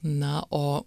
na o